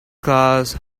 cars